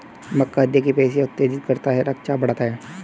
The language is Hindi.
मक्का हृदय की पेशियों को उत्तेजित करता है रक्तचाप बढ़ाता है